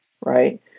right